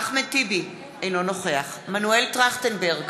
אחמד טיבי, אינו נוכח מנואל טרכטנברג,